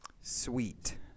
sweet